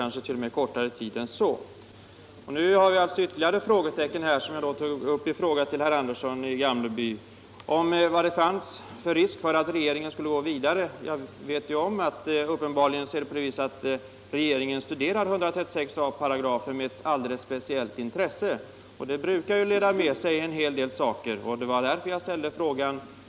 Nu har vi fått ytterligare frågetecken, vilket jag tog upp i en fråga till herr Andersson: Vilken risk finns för att regeringen skall gå vidare? Uppenbarligen studerar regeringen 136 a § med ett alldeles speciellt intresse. Det brukar föra med sig en hel del saker, och det var därför som jag ställde frågan.